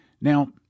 Now